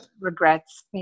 regrets